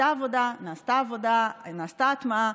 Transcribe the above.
הייתה עבודה, נעשתה עבודה, נעשתה הטמעה,